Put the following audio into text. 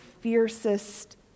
fiercest